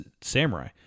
samurai